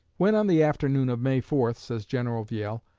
when on the afternoon of may four, says general viele,